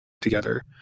together